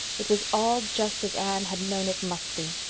it was all just as anne had known it must be.